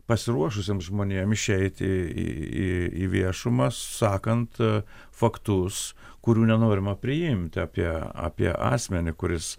pasiruošusiems žmonėm išeiti į į į viešumą sakant faktus kurių nenorima priimti apie apie asmenį kuris